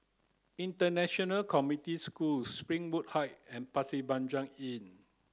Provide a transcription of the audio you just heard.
International Community School Springwood Height and Pasir Panjang Inn